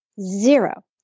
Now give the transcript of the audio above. Zero